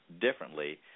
differently